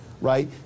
right